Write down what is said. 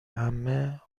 عمه